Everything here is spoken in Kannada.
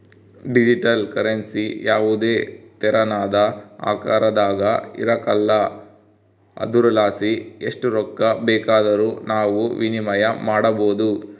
ಡಿಜಿಟಲ್ ಕರೆನ್ಸಿ ಯಾವುದೇ ತೆರನಾದ ಆಕಾರದಾಗ ಇರಕಲ್ಲ ಆದುರಲಾಸಿ ಎಸ್ಟ್ ರೊಕ್ಕ ಬೇಕಾದರೂ ನಾವು ವಿನಿಮಯ ಮಾಡಬೋದು